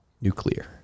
Nuclear